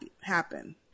happen